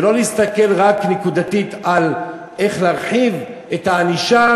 ולא נסתכל רק נקודתית על איך להרחיב את הענישה,